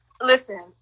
listen